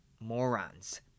morons